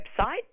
website